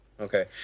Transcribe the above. Okay